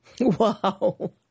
Wow